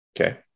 Okay